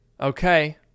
Okay